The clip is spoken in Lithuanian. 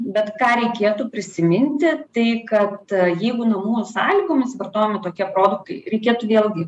bet ką reikėtų prisiminti tai kad jeigu namų sąlygomis vartojami tokie produktai reikėtų vėlgi